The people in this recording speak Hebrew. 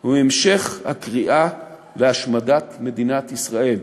הוא המשך הקריאה להשמדת מדינת ישראל.